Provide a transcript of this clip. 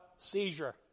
Seizure